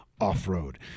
Off-Road